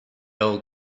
old